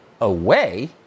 away